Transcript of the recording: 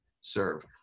serve